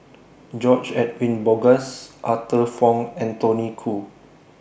George Edwin Bogaars Arthur Fong and Tony Khoo